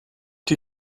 die